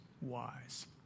wise